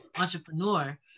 entrepreneur